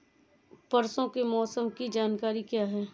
परसों के मौसम की जानकारी क्या है?